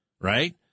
right